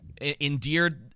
endeared